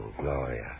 Gloria